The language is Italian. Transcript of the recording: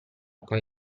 con